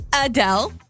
Adele